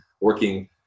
working